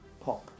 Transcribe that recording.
Pop